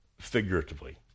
figuratively